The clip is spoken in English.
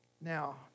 Now